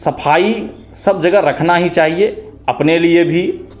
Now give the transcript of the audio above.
सफाई सब जगह रखना ही चाहिए अपने लिए भी